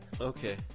Okay